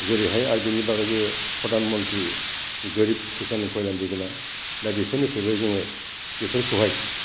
जेरैहाय आरो बिनि बागै जे प्रधान मनत्रि गोरिब किशान कल्यान जज'ना दा बेफोरनिफ्रायबो जोङो बेफोरखौहाय